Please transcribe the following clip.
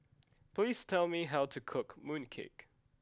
please tell me how to cook mooncake